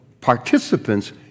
participants